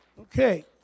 Okay